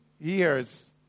years